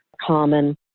common